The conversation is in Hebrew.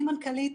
אני מנכ"לית